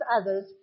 others